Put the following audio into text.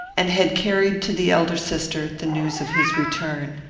and had carried to the elder sister the news of his return.